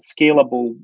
scalable